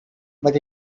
but